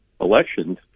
elections